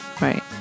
Right